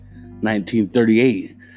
1938